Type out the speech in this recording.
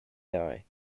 die